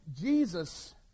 Jesus